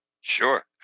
Sure